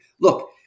Look